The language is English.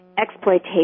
exploitation